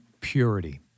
purity